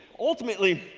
ultimately,